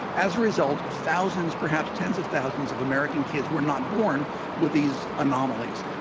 as a result, thousands perhaps tens of thousands of american kids were not born with these anomalies.